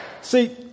See